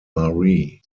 marie